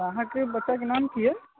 अहाँकेँ बच्चा की नाम की यऽ